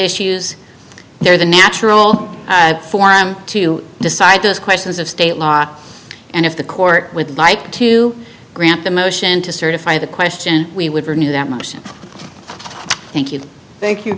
issues they're the natural for them to decide those questions of state law and if the court would like to grant the motion to certify the question we would renew that motion thank you thank you